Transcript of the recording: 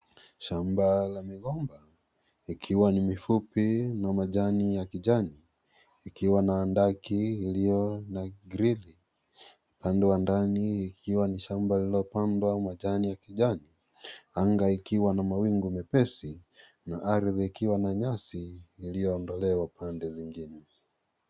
Shamba la migomba ikiwa ni mifupi na majani ya kijani ikiwa na handaki iliyo na grevi. Upande wa ndani ikiwa ni shamba lipo la majani ya kijani. Anga ikiwa na mawingu mepesi ikiwa na nyasi iliyoondolewa pande zingine.